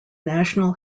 national